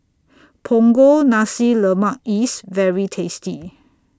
Punggol Nasi Lemak IS very tasty